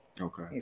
Okay